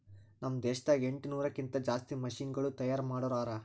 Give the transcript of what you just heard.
ನಾಮ್ ದೇಶದಾಗ ಎಂಟನೂರಕ್ಕಿಂತಾ ಜಾಸ್ತಿ ಮಷೀನ್ ಸಮಾನುಗಳು ತೈಯಾರ್ ಮಾಡೋರ್ ಹರಾ